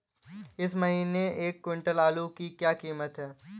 इस महीने एक क्विंटल आलू की क्या कीमत है?